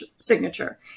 signature